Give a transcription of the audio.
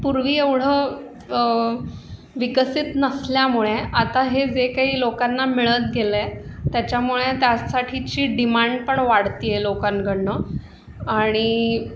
पूर्वी एवढं विकसित नसल्यामुळे आता हे जे काही लोकांना मिळत गेलं आहे त्याच्यामुळे त्यासाठीची डिमांड पण वाढती आहे लोकांकडनं आणि